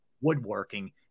woodworking